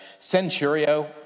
Centurio